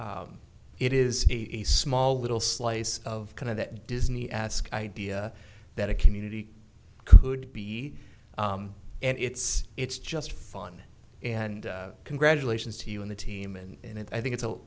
it is a small little slice of kind of that disney ask idea that a community could be and it's it's just fun and congratulations to you and the team and i think it's